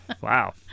Wow